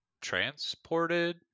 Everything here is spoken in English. transported